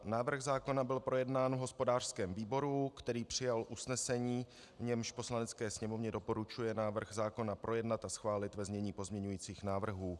Návrh zákona byl projednán v hospodářském výboru, který přijal usnesení, v němž Poslanecké sněmovně doporučuje návrh zákona projednat a schválit ve znění pozměňovacích návrhů.